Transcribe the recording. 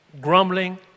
grumbling